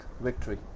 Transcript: victory